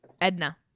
Edna